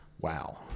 Wow